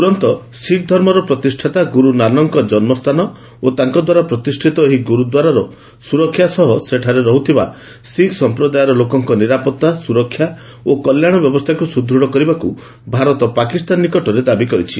ତୁରନ୍ତ ଶିଖ ଧର୍ମର ପ୍ରତିଷ୍ଠାତା ଗୁରୁ ନାନାକଙ୍କ ଜନ୍ମ ସ୍ଥାନ ଓ ତାଙ୍କଦ୍ୱାରା ପ୍ରତିଷ୍ଠିତ ଏହି ଗୁରୁଦ୍ୱାରର ସୁରକ୍ଷା ସହ ସେଠାରେ ରହୁଥିବା ଶିଖ ସମ୍ପ୍ରଦାୟର ଲୋକଙ୍କ ନିରାପତ୍ତା ସୁରକ୍ଷା ଓ କଲ୍ୟାଣ ବ୍ୟବସ୍ଥାକୁ ସୁଦୃଢ଼ କରିବାକୁ ଭାରତ ପାକିସ୍ତାନ ନିକଟରେ ଦାବି କରିଛି